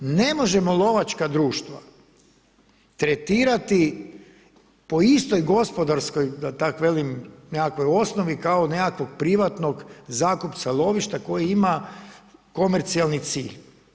Ne možemo lovačka društva tretirati po istoj gospodarskoj da tak velim nekakvoj osnovi kao nekakvog privatnog zakupca lovišta koji ima komercijalni cilj.